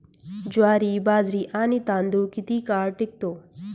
ज्वारी, बाजरी आणि तांदूळ किती काळ टिकतो?